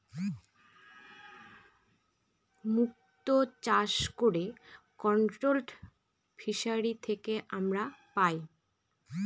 মুক্ত চাষ করে কন্ট্রোলড ফিসারী থেকে আমরা পাই